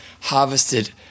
harvested